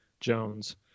Jones